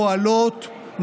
פועלות,